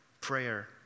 prayer